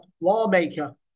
lawmaker